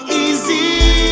easy